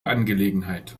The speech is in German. angelegenheit